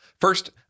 First